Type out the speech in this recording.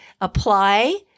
apply